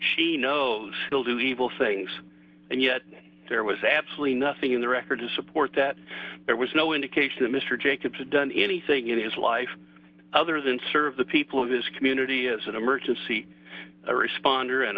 she knows he'll do evil things and yet there was absolutely nothing in the record to support that there was no indication that mr jacobs had done anything in his life other than serve the people of this community as an emergency respond